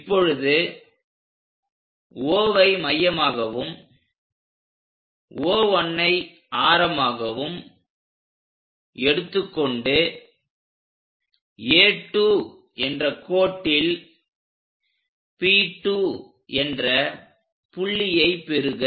இப்பொழுது Oவை மையமாகவும் O1ஐ ஆரமாகவும் எடுத்துக்கொண்டு A2 என்ற கோட்டில் P2 என்ற புள்ளியை பெறுக